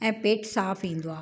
ऐं पेटु साफ़ु ईंदो आहे